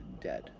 dead